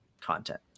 content